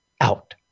out